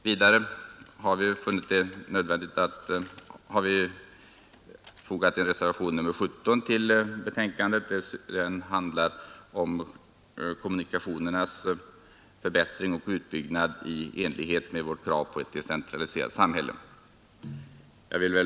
Vidare har vi fogat reservationen 17 vid betänkandet. Den handlar om förbättring och utbyggnad av kommunikationerna i enlighet med vårt krav på ett decentraliserat samhälle.